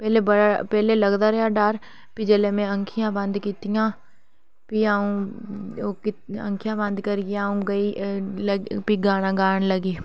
पैह्लें लगदा रेहा डर फ्ही जेल्लै में आक्खियां बंद कीतियां फ्ही अ'ऊं आक्खियां बंद करियै फ्ही गाना गान लगी